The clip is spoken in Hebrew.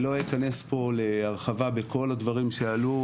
לא ארחיב בכל הדברים שעלו,